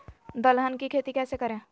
दलहन की खेती कैसे करें?